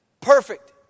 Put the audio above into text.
perfect